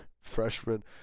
Freshman